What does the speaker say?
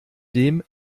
dem